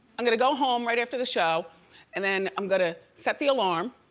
i'm gonna go home right after the show and then i'm gonna set the alarm.